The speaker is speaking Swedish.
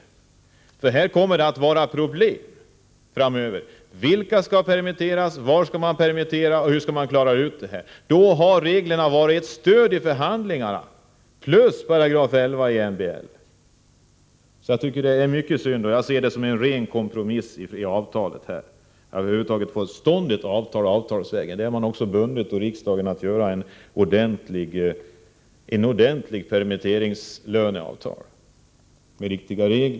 På den punkten kommer det nämligen att bli problem framöver. Man måste ta ställning till vilka som skall permitteras, var man skall permittera och hur man skall lösa problemen. Då har reglerna, tillsammans med 11 § MBL, varit ett stöd i förhandlingarna. Jag tycker det är mycket synd att man inte behåller reglerna, och jag ser det som ren kompromiss i avtalet mellan SAF och LO. Om man över huvud taget skall få till stånd några kollektivavtal måste riksdagen ställa sig bakom att man har permitteringslönebestämmelser som fungerar.